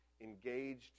engaged